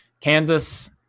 Kansas